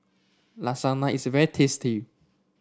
lasagna is very tasty